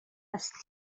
است